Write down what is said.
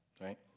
right